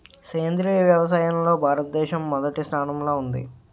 సేంద్రీయ వ్యవసాయంలో భారతదేశం మొదటి స్థానంలో ఉంది